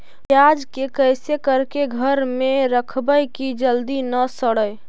प्याज के कैसे करके घर में रखबै कि जल्दी न सड़ै?